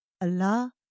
Allah